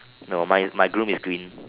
no mine mine groom is green